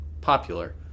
popular